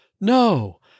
No